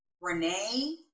Renee